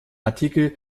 artikel